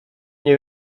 nie